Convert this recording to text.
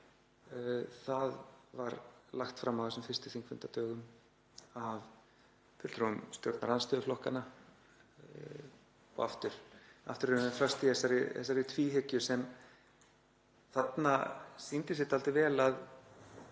Það var lagt fram á þessum fyrstu þingfundadögum af fulltrúum stjórnarandstöðuflokkanna og aftur erum við föst í þessari tvíhyggju sem þarna sýndi sig dálítið vel að